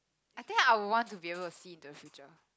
I think I would want to be able to see the future